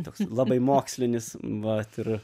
toks labai mokslinis vat ir